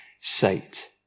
sight